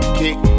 kick